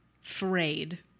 Frayed